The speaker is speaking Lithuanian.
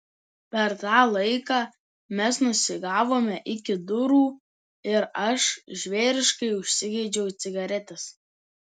per tą laiką mes nusigavome iki durų ir aš žvėriškai užsigeidžiau cigaretės